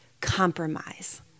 compromise